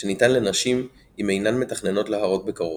שניתן לנשים אם אינן מתכננות להרות בקרוב.